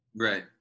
right